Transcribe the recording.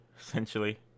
essentially